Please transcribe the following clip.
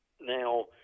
Now